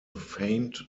faint